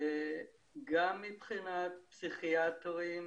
יש מחסור גם מבחינת פסיכיאטרים,